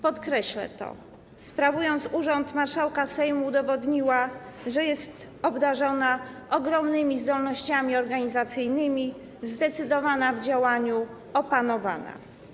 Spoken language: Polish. Podkreślę to: sprawując urząd marszałka Sejmu, udowodniła, że jest obdarzona ogromnymi zdolnościami organizacyjnymi, zdecydowana w działaniu, opanowana.